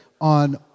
on